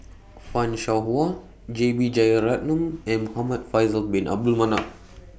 fan Shao Hua J B Jeyaretnam and Muhamad Faisal Bin Abdul Manap